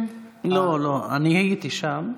לא, לא, אני הייתי שם,